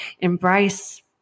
embrace